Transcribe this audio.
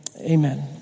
Amen